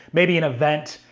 maybe an event,